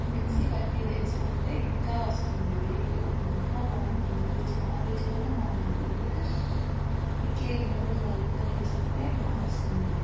mixie పట్టి వేస్కుంటే ఇంకా వస్తుంది గ్రేవీ అప్పుడు ఇంకా బాగుంటుంది రుచి ఆ రుచి కూడా బాగుంటుంది ఇట్లే మూడు కలుపుకొని వేస్కుంటే బాగొస్తుంది